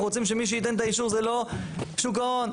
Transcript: אנחנו רוצים שמי שייתן את האישור זה לא שוק ההון,